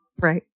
Right